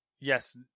yes